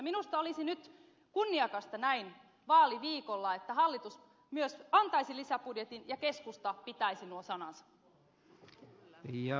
minusta olisi nyt kunniakasta näin vaaliviikolla että hallitus myös antaisi lisäbudjetin ja keskusta pitäisi nuo sanansa